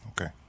Okay